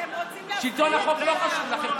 אתם רוצים, שלטון החוק לא חשוב לכם.